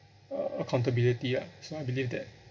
uh accountability lah so I believe that